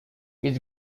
his